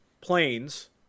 planes